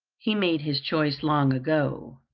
he made his choice long ago.